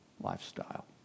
lifestyle